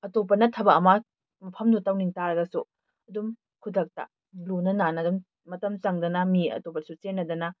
ꯑꯇꯣꯞꯄꯅ ꯊꯕꯛ ꯑꯃ ꯃꯐꯝꯗꯨꯗ ꯇꯧꯅꯤꯡ ꯇꯥꯔꯒꯁꯨ ꯑꯗꯨꯝ ꯈꯨꯗꯛꯇ ꯂꯨꯅ ꯅꯥꯟꯅ ꯑꯗꯨꯝ ꯃꯇꯝ ꯆꯪꯗꯅ ꯃꯤ ꯑꯇꯣꯞꯄꯁꯨ ꯆꯦꯟꯅꯗꯅ